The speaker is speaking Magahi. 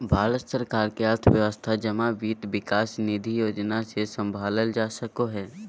भारत सरकार के अर्थव्यवस्था जमा वित्त विकास निधि योजना से सम्भालल जा सको हय